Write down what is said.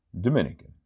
Dominican